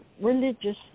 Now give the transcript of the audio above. religious